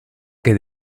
que